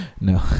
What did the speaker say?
No